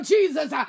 Jesus